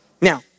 Now